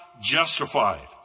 justified